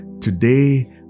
Today